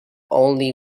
only